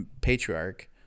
patriarch